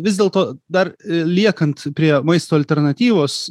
vis dėlto dar liekant prie maisto alternatyvos